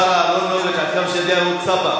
השר אהרונוביץ, עד כמה שאני יודע, הוא צבר.